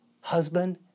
husband